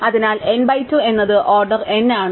അതിനാൽ n 2 എന്നത് order n ആണ്